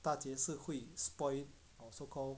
大姐是会 spoil so call